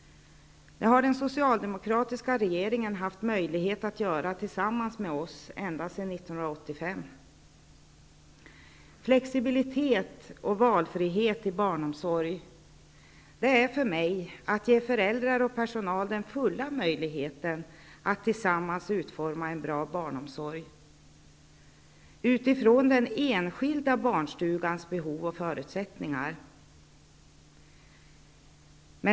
Det har den socialdemokratiska regeringen haft möjlighet att göra tillsammans med oss ända sedan 1985. Flexibilitet och valfrihet i barnomsorg är för mig att ge föräldrar och personal den fulla möjligheten att tillsammans utforma en bra barnomsorg utifrån den enskilda barnstugans behov och förutsättningar.